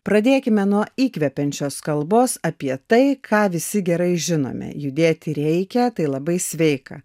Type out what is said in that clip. pradėkime nuo įkvepiančios kalbos apie tai ką visi gerai žinome judėti reikia tai labai sveika